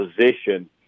position